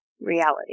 reality